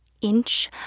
inch